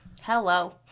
hello